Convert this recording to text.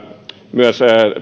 myös